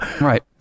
Right